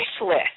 list